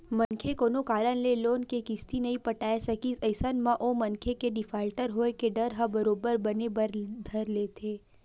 मनखे कोनो कारन ले लोन के किस्ती नइ पटाय सकिस अइसन म ओ मनखे के डिफाल्टर होय के डर ह बरोबर बने बर धर लेथे